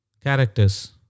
characters